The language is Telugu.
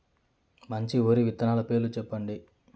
మంచి వరి విత్తనాలు పేర్లు చెప్పండి?